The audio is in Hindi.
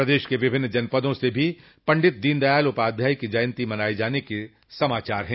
प्रदेश के विभिन्न जनपदों से भी पंडित दीन दयाल उपाध्याय की जयन्ती मनाये जाने के समाचार है